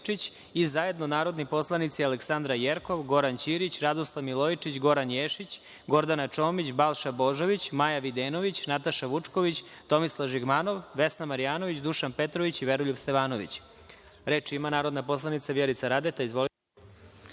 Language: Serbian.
i zajedno narodni poslanici Aleksandra Jerkov, Goran Ćirić, Radoslav Milojičić, Goran Ješić, Gordana Čomić, Balša Božović, Maja Videnović, Nataša Vučković, Tomislav Žigmanov, Vesna Marjanović, Dušan Petrović i Veroljub Stevanović. Reč ima narodna poslanica Vjerica Radeta.